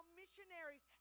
missionaries